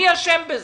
מי אשם בזה?